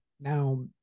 now